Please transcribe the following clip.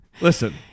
Listen